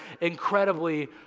incredibly